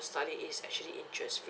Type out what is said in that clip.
study is actually interest